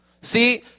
See